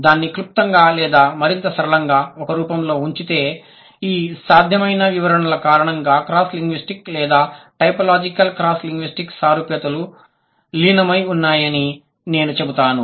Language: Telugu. నేను దానిని క్లుప్తంగా లేదా మరింత సరళంగా ఒక రూపంలో ఉంచితే ఈ సాధ్యమైన వివరణల కారణంగా క్రాస్ లింగ్విస్టిక్ లేదా టైపోలాజికల్ క్రాస్ లింగ్విస్టిక్ సారూప్యతలు లీనమై ఉన్నాయని నేను చెబుతాను